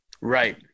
Right